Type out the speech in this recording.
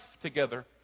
together